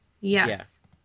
Yes